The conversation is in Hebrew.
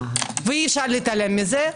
ואי אפשר להתעלם מזה.